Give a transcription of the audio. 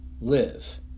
live